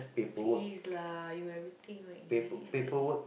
please lah you everything like easy easy